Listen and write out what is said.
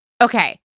Okay